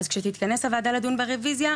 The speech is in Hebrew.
אז כשתתכנס הוועדה לדון ברוויזיה,